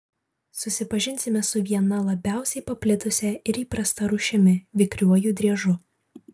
susipažinsime su viena labiausiai paplitusia ir įprasta rūšimi vikriuoju driežu